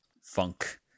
funk